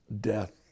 death